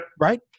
right